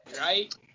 Right